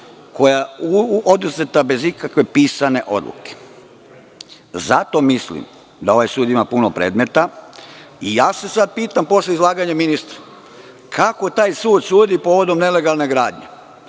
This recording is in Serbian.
koja je oduzeta bez ikakve pisane odluke. Zato mislim da ovaj sud ima puno predmeta. Sada se pitam, posle izlaganja ministra, kako taj sud sudi povodom nelegalne gradnje.